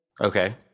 okay